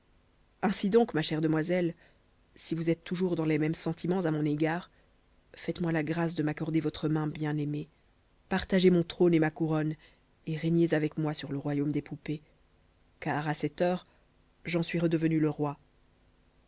ainsi donc ma chère demoiselle si vous êtes toujours dans les mêmes sentiments à mon égard faites-moi la grâce de m'accorder votre main bien-aimée partagez mon trône et ma couronne et régnez avec moi sur le royaume des poupées car à cette heure j'en suis redevenu le roi